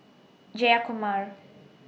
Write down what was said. Jayakumar